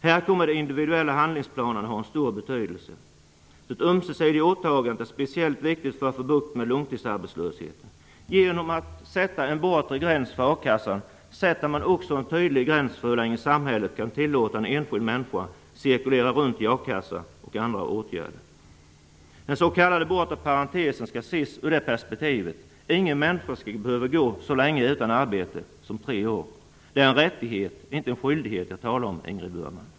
Här kommer de individuella handlingsplanerna att ha en stor betydelse. Detta ömsesidiga åtagande är speciellt viktigt för att man skall få bukt med långtidsarbetslösheten. Genom att man sätter en bortre gräns för akassan sätter man också en tydlig gräns för hur länge samhället kan tillåta en enskild människa att cirkulera runt i a-kassa och andra åtgärder. Den s.k. bortre parentesen skall ses ur det perspektivet. Ingen människa skall behöva gå utan arbete så länge som tre år. Det är en rättighet, inte en skyldighet, som jag talar om, Ingrid Burman.